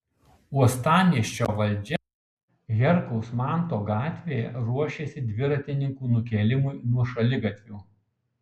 uostamiesčio valdžia herkaus manto gatvėje ruošiasi dviratininkų nukėlimui nuo šaligatvių